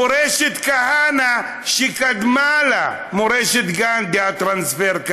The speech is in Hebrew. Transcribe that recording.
מורשת כהנא שקדמה למורשת גנדי, הטרנספר.